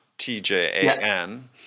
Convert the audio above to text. T-J-A-N